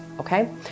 okay